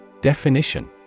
Definition